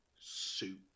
soup